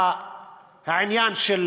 העניין של